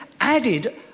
added